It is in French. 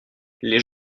les